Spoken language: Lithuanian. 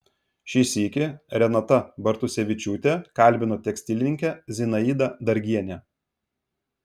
šį sykį renata bartusevičiūtė kalbino tekstilininkę zinaidą dargienę